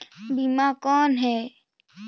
बीमा कौन है?